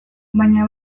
baina